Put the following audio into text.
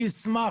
אני אשמח.